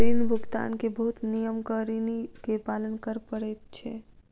ऋण भुगतान के बहुत नियमक ऋणी के पालन कर पड़ैत छै